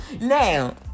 Now